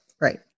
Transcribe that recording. right